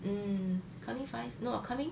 mm coming five no coming